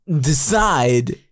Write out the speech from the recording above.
decide